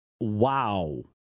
wow